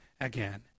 again